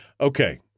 okay